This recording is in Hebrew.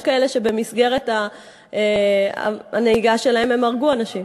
יש כאלה שבמסגרת הנהיגה שלהם הם הרגו אנשים.